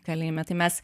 kalėjime tai mes